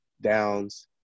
downs